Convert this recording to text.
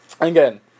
again